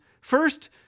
First